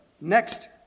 next